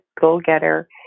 go-getter